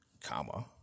comma